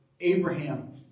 Abraham